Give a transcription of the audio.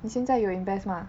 你现在有 invest mah